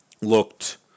looked